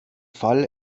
fall